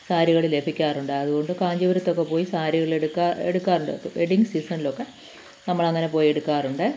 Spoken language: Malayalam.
സാരികൾ ലഭിക്കാറുണ്ട് അതുകൊണ്ട് കാഞ്ചീപ്പുരത്തൊക്കെപ്പോയി സാരികളെടുക്കുക എടുക്കാറുണ്ട് വെഡ്ഡിങ് സീസണിലൊക്കെ നമ്മളങ്ങനെ പോയി എടുക്കാറുണ്ട്